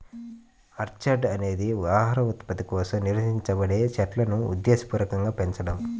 orchard అనేది ఆహార ఉత్పత్తి కోసం నిర్వహించబడే చెట్లును ఉద్దేశపూర్వకంగా పెంచడం